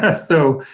ah so,